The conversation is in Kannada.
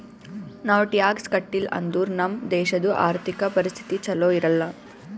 ನಾವ್ ಟ್ಯಾಕ್ಸ್ ಕಟ್ಟಿಲ್ ಅಂದುರ್ ನಮ್ ದೇಶದು ಆರ್ಥಿಕ ಪರಿಸ್ಥಿತಿ ಛಲೋ ಇರಲ್ಲ